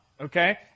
okay